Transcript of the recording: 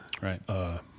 right